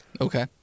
Okay